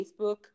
Facebook